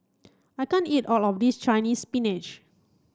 I can't eat all of this Chinese spinach